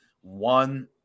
one